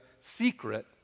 secret